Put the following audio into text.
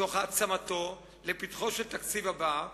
העצמתו לפתחו של התקציב הבא,